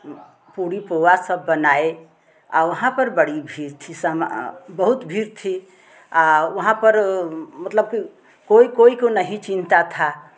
पूड़ी पुआ सब बनाए वहाँ पर बड़ी भीड़ थी बहुत भीड़ थी आ वहाँ पर मतलब कि कोई कोई को नहीं चीन्हता था